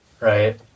right